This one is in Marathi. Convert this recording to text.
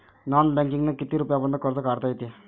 नॉन बँकिंगनं किती रुपयापर्यंत कर्ज काढता येते?